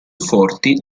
forti